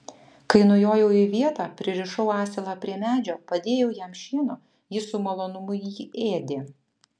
kai nujojau į vietą pririšau asilą prie medžio padėjau jam šieno jis su malonumu jį ėdė